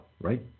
right